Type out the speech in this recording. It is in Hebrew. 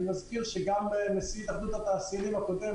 אני מזכיר שגם נשיא התאחדות התעשיינים הקודם,